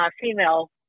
female